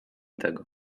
tego